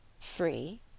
Free